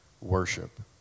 worship